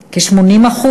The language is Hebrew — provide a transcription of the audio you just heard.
כ-80%,